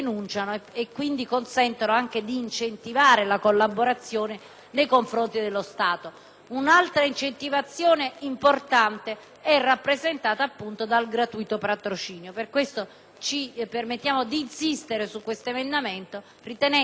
Un'altra incentivazione importante è rappresentata dal gratuito patrocinio. Per questo motivo ci permettiamo di insistere sull'emendamento in esame ritenendolo anche di valore simbolico. Comprendiamo il tema economico, ma non crediamo peraltro